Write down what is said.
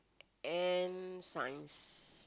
and science